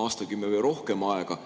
aastakümme või rohkem aega,